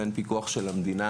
אין פיקוח של המדינה